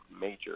major